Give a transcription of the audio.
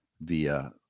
via